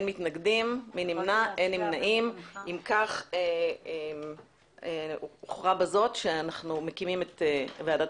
אם כך הוכרע בזאת שאנו מקימים את ועדת